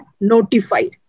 notified